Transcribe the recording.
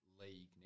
league